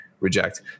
reject